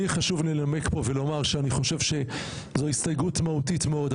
לי חשוב לנמק פה ולומר שאני חושב שזו הסתייגות מהותית מאוד.